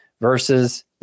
Versus